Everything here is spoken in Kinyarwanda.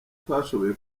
twashoboye